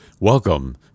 Welcome